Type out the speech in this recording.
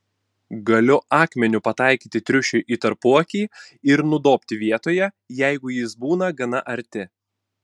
galiu akmeniu pataikyti triušiui į tarpuakį ir nudobti vietoje jeigu jis būna gana arti